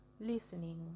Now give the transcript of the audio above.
listening